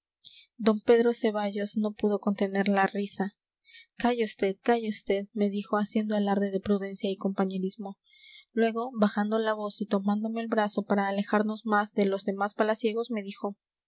d pedro ceballos no pudo contener la risa calle vd calle vd me dijo haciendo alarde de prudencia y compañerismo luego bajando la voz y tomándome el brazo para alejarnos más de los demás palaciegos me dijo